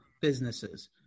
businesses